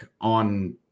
on